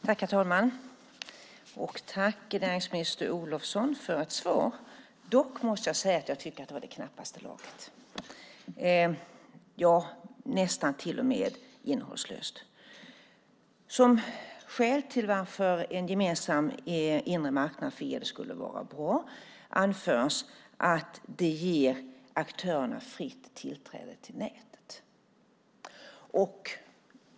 Herr talman! Tack, näringsminister Olofsson, för svaret! Jag måste dock säga att jag tycker att det var i knappaste laget, till och med nästan innehållslöst. Som skäl till varför en gemensam inre marknad för el skulle vara bra anförs att det ger aktörerna fritt tillträde till nätet.